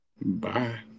Bye